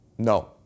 No